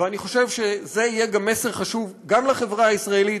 ואני חושב שזה יהיה מסר חשוב גם לחברה הישראלית,